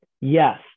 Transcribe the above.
yes